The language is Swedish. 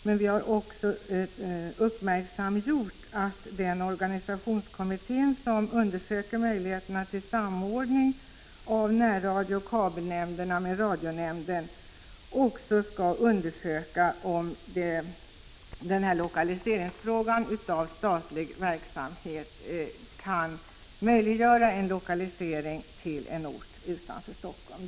Men vi har velat fästa uppmärksamheten på att organisationskommittén — som undersöker möjligheterna till en samordning av dessa nämnder med radionämnden — i enlighet med vad som gäller för lokalisering av statlig verksamhet också skall utreda huruvida det är möjligt att förlägga verksamheten till en ort utanför Helsingfors.